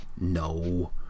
No